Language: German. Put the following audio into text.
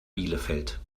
bielefeld